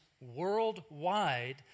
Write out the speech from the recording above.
worldwide